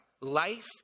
life